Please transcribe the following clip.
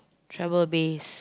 travel base